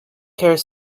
care